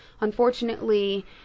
unfortunately